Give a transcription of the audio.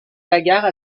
bagarre